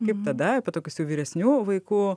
kaip tada apie tokius jau vyresnių vaikų